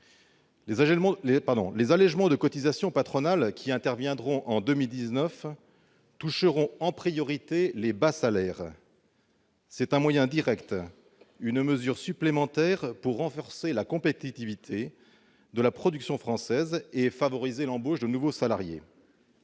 Les allégements de cotisations patronales qui interviendront en 2019 concerneront en priorité les bas salaires. C'est un moyen direct, supplémentaire, pour renforcer la compétitivité de la production française et favoriser l'embauche de nouveaux salariés.